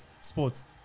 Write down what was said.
Sports